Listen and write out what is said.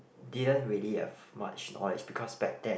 didn't really have much knowledge because back then